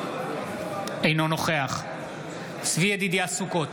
אינו נוכח צבי ידידיה סוכות,